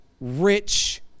rich